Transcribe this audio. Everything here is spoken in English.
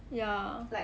ya